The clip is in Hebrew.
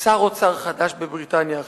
שר אוצר חדש בבריטניה עכשיו,